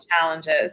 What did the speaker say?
challenges